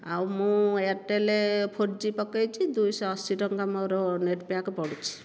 ଆଉ ମୁଁ Airtel four G ପକାଇଛି ଦୁଇ ଶହ ଅଶି ଟଙ୍କା ମୋର ନେଟପ୍ୟାକ ପଡ଼ୁଛି